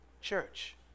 church